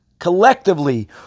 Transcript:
collectively